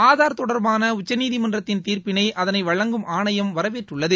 ஆதார் தொடர்பான உச்சநீதிமன்றத்தின் தீர்ப்பினை அதனை வழங்கும் ஆணையம் வரவேற்றுள்ளது